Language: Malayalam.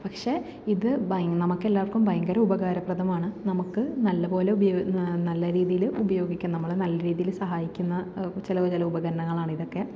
പക്ഷേ ഇത് ഭയ് നമുക്കെല്ലാവർക്കും ഭയങ്കര ഉപകാര പ്രദമാണ് നമുക്ക് നല്ല പോലെ ഉപയോഗം നല്ല രീതീയിൽ ഉപയോഗിക്കാൻ നമ്മൾ നല്ല രീതീയിൽ സഹായിക്കുന്ന ചില ചില ഉപകാരണങ്ങളാണിതക്കെ